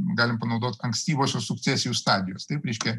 galim panaudot ankstyvosios sukcesijų stadijos taip reiškia